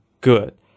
good